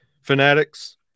fanatics